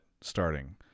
starting